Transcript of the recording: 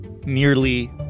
nearly